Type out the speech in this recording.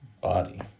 body